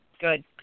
good